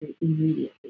immediately